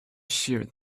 shear